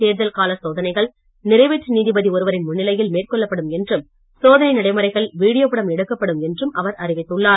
தேர்தல் கால சோதனைகள் நிறைவேற்று நீதிபதி ஒருவரின் முன்னிலையில் மேற்கொள்ளப்படும் என்றும் சோதனை நடைமுறைகள் வீடியோ படம் எடுக்கப்படும் என்றும் அவர் அறிவித்துள்ளார்